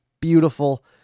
beautiful